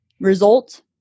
result